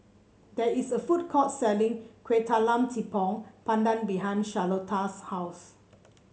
there is a food court selling Kuih Talam Tepong Pandan behind Charlotta's house